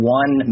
one